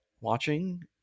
watching